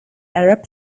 arab